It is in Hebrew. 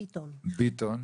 ביטון,